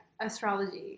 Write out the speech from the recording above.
astrology